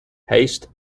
haste